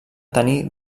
tenir